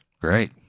Great